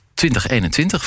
2021